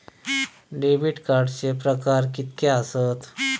Debit कार्डचे प्रकार कीतके आसत?